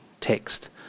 text